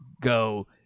go